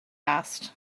asked